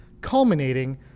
culminating